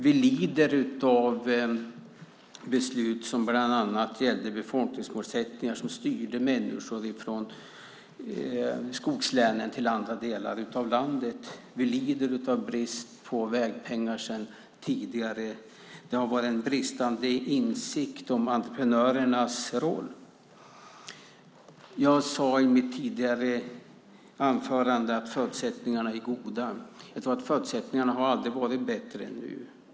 Vi lider av beslut om bland annat befolkningsmålsättningar som styrde människor från skogslänen till andra delar av landet. Vi lider av brist på vägpengar sedan tidigare. Det har varit en bristande insikt om entreprenörernas roll. Jag sade i mitt tidigare inlägg att förutsättningarna är goda. Jag tror att förutsättningarna aldrig har varit bättre än nu.